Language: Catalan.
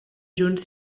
junts